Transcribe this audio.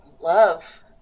love